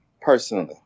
personally